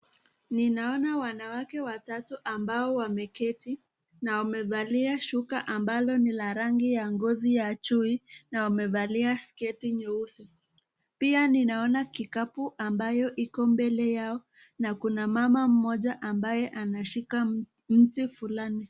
Ninaona wanawake watatu ambao wameketi na wamevalia shuka ambalo ni ya rangi ya ngozi ya chui na wamevalia sketi nyeusi pia ninaona kikapu ambayo iko mbele yao na kuna mama moja anashika mti fulani.